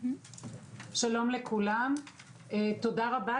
שלום לכולם, תודה רבה.